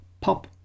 Pop